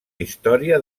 història